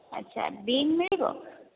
ଆଚ୍ଛା ବିନ ମିଳିବ